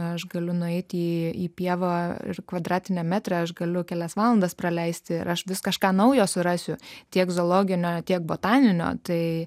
aš galiu nueiti į pievą ir kvadratinį metrą aš galiu kelias valandas praleisti ir aš vis kažką naujo surasiu tiek zoologinio tiek botaninio tai